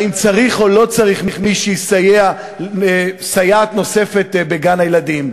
והאם צריך או לא צריך סייעת נוספת בגן-הילדים.